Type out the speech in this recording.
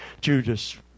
Judas